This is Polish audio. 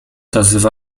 tzw